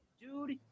Dude